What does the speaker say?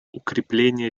укрепление